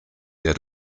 der